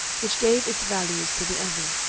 which gave its values to the other.